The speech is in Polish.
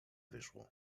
wyszło